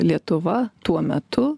lietuva tuo metu